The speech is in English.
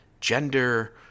gender